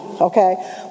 okay